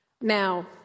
Now